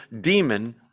demon